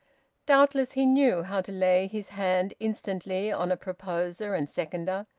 doubtless he knew how to lay his hand instantly on a proposer and seconder.